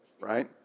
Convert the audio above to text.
right